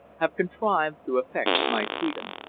have contrived to effect my freedom.